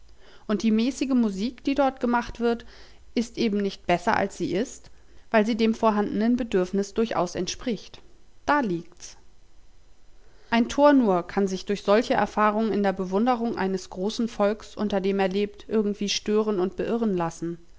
und die mäßige musik die dort gemacht wird ist eben nicht besser als sie ist weil sie dem vorhandenen bedürfnis durchaus entspricht da liegt's ein tor nur kann sich durch solche erfahrungen in der bewunderung eines großen volks unter dem er lebt irgendwie stören und beirren lassen